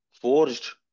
forged